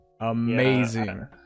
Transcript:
Amazing